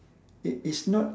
it is not